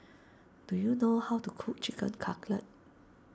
do you know how to cook Chicken Cutlet